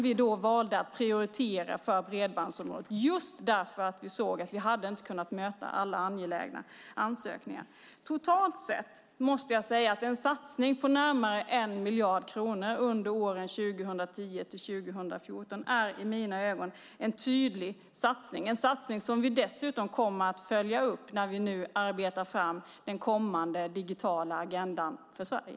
Vi valde att prioritera bredbandsområdet just för att vi såg att vi inte hade kunnat möta alla angelägna ansökningar. En satsning på närmare 1 miljard kronor under åren 2010-2014 är i mina ögon en tydlig satsning. Vi kommer dessutom att följa upp denna satsning när vi arbetar fram den kommande digitala agendan för Sverige.